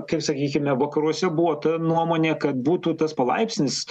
kaip sakykime vakaruose buvo ta nuomonė kad būtų tas palaipsnis